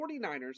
49ers